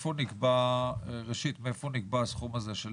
מאיפה נקבע הסכום הזה של